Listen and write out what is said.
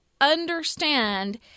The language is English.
understand